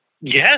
Yes